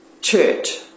church